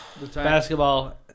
Basketball